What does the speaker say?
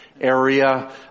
area